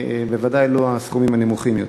ובוודאי לא את הסכומים הנמוכים יותר.